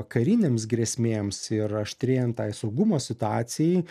karinėms grėsmėms ir aštrėjant tai saugumo situacijai